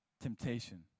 temptation